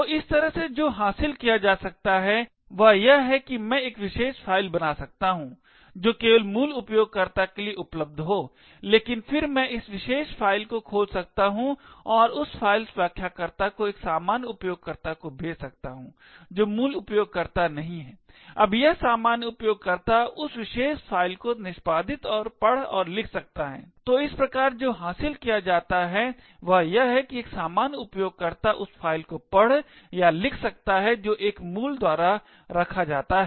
तो इस तरह से जो हासिल किया जा सकता है वह यह है कि मैं एक विशेष फाइल बना सकता हूं जो केवल मूल उपयोगकर्ता के लिए उपलब्ध हो लेकिन फिर मैं इस विशेष फाइल को खोल सकता हूं और उस फाइल व्याख्याकर्ता को एक सामान्य उपयोगकर्ता को भेज सकता हूं जो मूल उपयोगकर्ता नहीं है अब यह सामान्य उपयोगकर्ता इस विशेष फ़ाइल को निष्पादित और पढ़ और लिख सकता है तो इस प्रकार जो हासिल किया जाता है वह यह है कि एक सामान्य उपयोगकर्ता उस फ़ाइल को पढ़ या लिख सकता है जो एक मूल द्वारा रखा जाता है